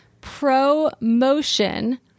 promotion